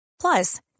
Plus